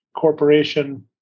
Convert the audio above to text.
corporation